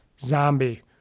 Zombie